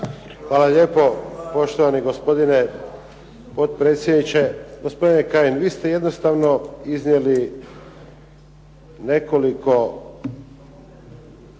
Hvala lijepa. Poštovani gospodine potpredsjedniče. Gospodine Kajin vi ste jednostavno iznijeli nekoliko